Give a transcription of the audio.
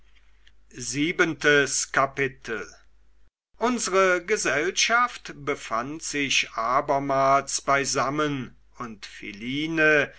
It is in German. siebentes kapitel unsre gesellschaft befand sich abermals beisammen und philine